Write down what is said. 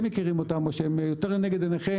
מכירים אותם או שהם יותר לנגד עיניכם,